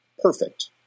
Perfect